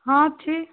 ହଁ ଅଛି